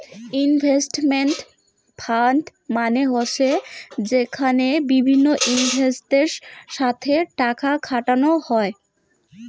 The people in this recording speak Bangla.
ইনভেস্টমেন্ট ফান্ড মানে হসে যেখানে বিভিন্ন ইনভেস্টরদের সাথে টাকা খাটানো হই